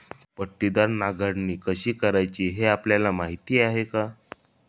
पट्टीदार नांगरणी कशी करायची हे आपल्याला माहीत आहे का?